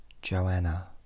Joanna